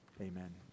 Amen